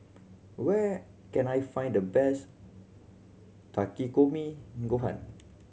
where can I find the best Takikomi Gohan